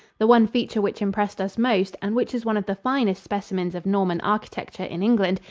the one feature which impressed us most, and which is one of the finest specimens of norman architecture in england,